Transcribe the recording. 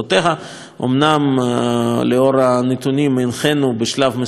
אומנם בשל הנתונים הנחינו בשלב מסוים במהלך